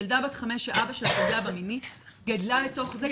ילדה בת חמש שאבא שלה פגע בה מינית גדלה לתוך זה.